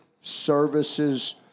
Services